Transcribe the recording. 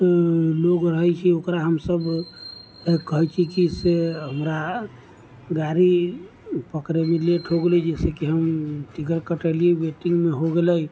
लोग रहै छै ओकरा हमसब कहै छी की से हमरा गाड़ी पकड़ैमे लेट हो गेलै जैसे की हम टिकट कटेली वेटिंगमे हो गेलै